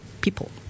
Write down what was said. people